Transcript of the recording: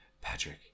Patrick